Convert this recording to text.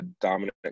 dominant